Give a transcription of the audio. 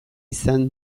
izan